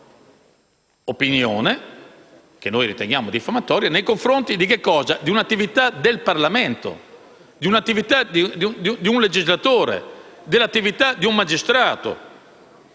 una loro opinione, che noi riteniamo diffamatoria, nei confronti dell'attività del Parlamento, di un legislatore o dell'attività di un magistrato.